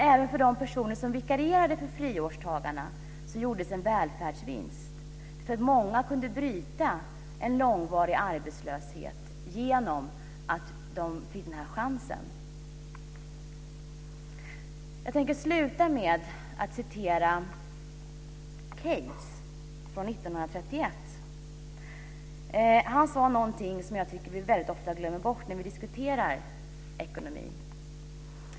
Även för de personer som vikarierade för friårstagarna gjordes en välfärdsvinst, för många kunde bryta en långvarig arbetslöshet genom att de fick den här chansen. Jag tänker avsluta med att återge Keynes från 1931. Han sade någonting som jag tycker att vi väldigt ofta glömmer bort när vi diskuterar ekonomi.